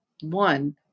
one